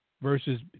versus